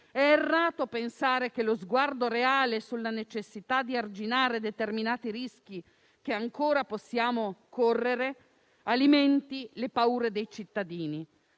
È errato pensare che lo sguardo reale sulla necessità di arginare determinati rischi che ancora possiamo correre alimenti le paure dei cittadini.